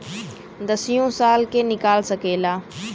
दसियो साल के निकाल सकेला